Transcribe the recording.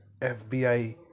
FBI